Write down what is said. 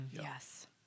Yes